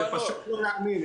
פשוט לא להאמין.